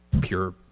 pure